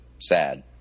sad